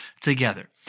together